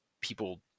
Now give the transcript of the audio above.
people